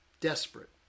desperate